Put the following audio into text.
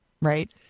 right